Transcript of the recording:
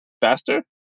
faster